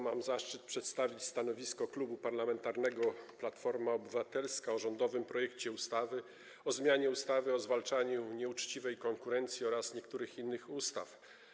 Mam zaszczyt przedstawić stanowisko Klubu Parlamentarnego Platforma Obywatelska wobec rządowego projektu ustawy o zmianie ustawy o zwalczaniu nieuczciwej konkurencji oraz niektórych innych ustaw.